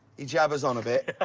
he jabers on a bit